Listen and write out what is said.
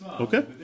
Okay